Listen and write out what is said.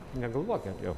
negalvokit jau